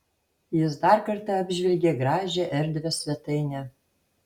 jis dar kartą apžvelgė gražią erdvią svetainę